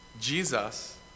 Jesus